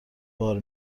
بار